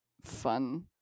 fun